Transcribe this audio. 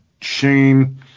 Shane